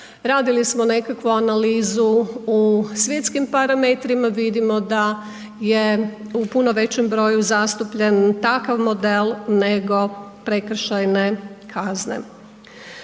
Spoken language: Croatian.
radili smo nekakvu analizu u svjetskim parametrima, vidimo da je u puno većem broju zastupljen takav model nego prekršajne kazne.